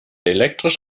elektrisch